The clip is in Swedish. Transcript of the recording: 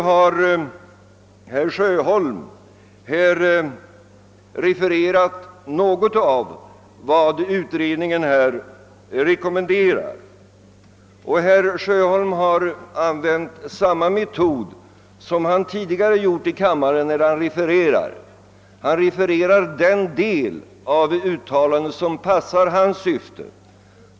Herr Sjöholm refererade något av vad utredningen rekommenderar och han använde därvid samma metod som han tidigare i riksdagen har använt när han har refererat något: han refererar den del av uttalandet som passar hans syften.